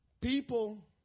People